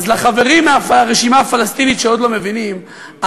אז לחברים מהרשימה הפלסטינית שעוד לא מבינים,